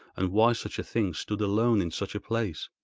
and why such a thing stood alone in such a place.